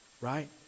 right